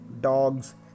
dogs